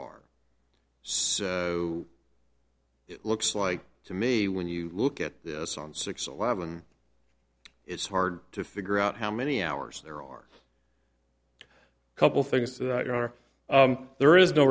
are so it looks like to me when you look at this on six eleven it's hard to figure out how many hours there are a couple things that are there is no